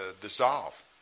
dissolve